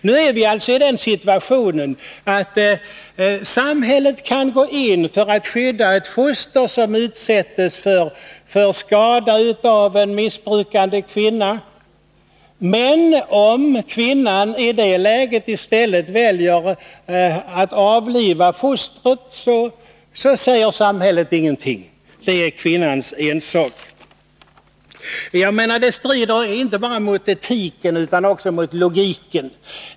Vi är alltså nu i den situationen att samhället kan gå in för att skydda ett foster som utsätts för skada av en missbrukande kvinna. Men om kvinnan i det läget i stället väljer att avliva fostret, säger samhället ingenting — det är kvinnans ensak. Det strider enligt min mening inte bara mot etiken utan också mot logiken.